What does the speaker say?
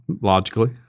Logically